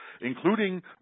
including